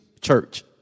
church